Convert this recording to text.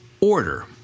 order